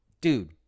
Dude